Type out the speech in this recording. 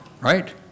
right